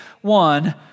One